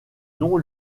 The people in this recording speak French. non